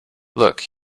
look